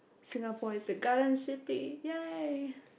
Singapore is a currency take ya